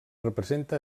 representa